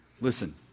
listen